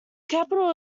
capital